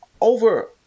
over